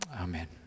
Amen